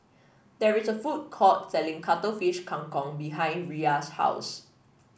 there is a food court selling Cuttlefish Kang Kong behind Riya's house